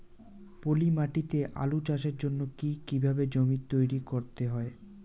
পলি মাটি তে আলু চাষের জন্যে কি কিভাবে জমি তৈরি করতে হয়?